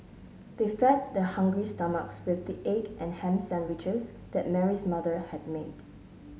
they fed their hungry stomachs with the egg and ham sandwiches that Mary's mother had made